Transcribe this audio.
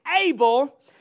able